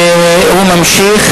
והוא ממשיך.